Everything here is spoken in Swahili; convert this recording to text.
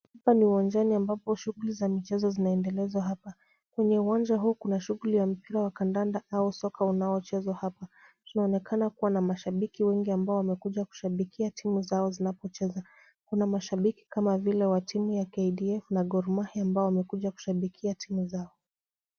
Hapa ni uwanjani ambapo shughuli za michezo zinaendelezwa hapa. Kwenye uwanja huu kuna shughuli ya mpira wa kadanda au soka unaochezwa hapa. Kunaonekana kuwa na mashabiki wengi ambao wamekuja kushabikia timu zao zinapocheza. Kuna mashabiki kama vile wa timu ya KDF na Gormahia ambao wamekuja kushabikia timu zao.